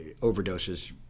overdoses